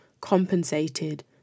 compensated